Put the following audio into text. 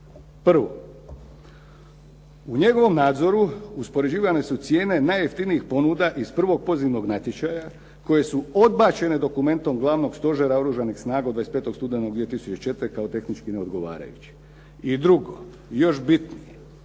Prvo, u njegovom nadzoru uspoređivane su cijene najjeftinijih ponuda iz prvog pozivnog natječaja koje su odbačene dokumentom Glavnog stožera Oružanih snaga od 25. studenog 2004. kao tehnički neodgovarajući. I drugo, još bitnije,